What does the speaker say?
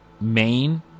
main